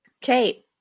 Kate